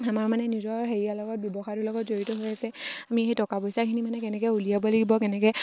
আমাৰ মানে নিজৰ হেৰিয়াৰ লগত ব্যৱসায়টোৰ লগত জড়িত হৈ আছে আমি সেই টকা পইচাখিনি মানে কেনেকৈ উলিয়াব লাগিব কেনেকৈ